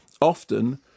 Often